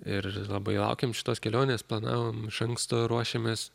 ir labai laukėm šitos kelionės planavom iš anksto ruošiamės